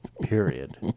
Period